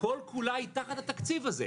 כל כולה היא תחת התקציב הזה.